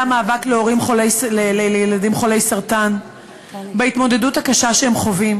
המאבק של הורים לילדים חולי סרטן בהתמודדות הקשה שהם חווים.